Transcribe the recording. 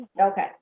Okay